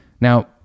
Now